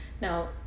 Now